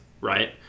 right